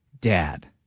dad